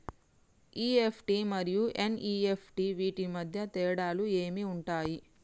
EFT మరియు NEFT వీటి మధ్య తేడాలు ఏమి ఉంటాయి?